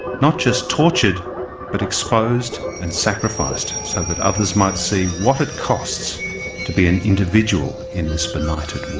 not just tortured but exposed and sacrificed so that others might see what it costs to be an individual in this benighted